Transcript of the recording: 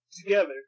together